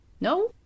No